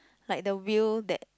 like the wheel that